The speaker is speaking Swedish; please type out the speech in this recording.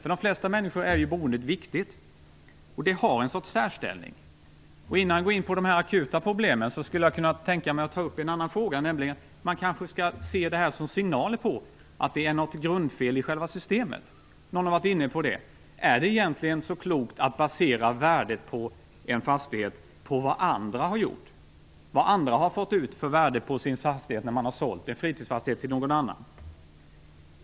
För de flesta människor är boendet viktigt. Det har ett slags särställning. Innan jag går in på de akuta problemen skulle jag vilja ta upp en annan fråga. Det kanske är så att man skall se det här som signaler om att det är något grundfel i själva systemet, någon har varit inne på det. Är det egentligen så klokt att basera värdet för en fastighet på vilket värde andra har fått ut när de har sålt en fastighet, en fritidsfastighet?